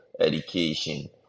education